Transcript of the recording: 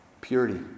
purity